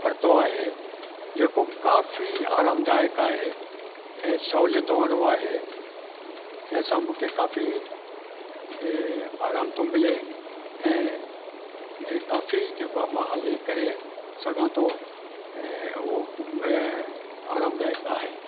वरितो आहे जेको काफ़ी आरामदायक आहे ऐं सहूलियत वारो आहे जंहिं सां मूंखे काफ़ी आराम थो मिले ऐं काफ़ी जेको आहे हली करे सघां थो ऐं उहो ऐं आरामदायक आहे